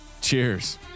cheers